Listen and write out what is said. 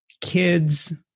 kids